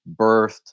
birthed